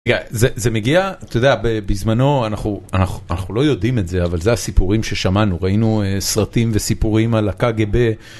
זה מגיע אתה יודע בזמנו אנחנו אנחנו לא יודעים את זה אבל זה הסיפורים ששמענו ראינו סרטים וסיפורים על הקג"ב.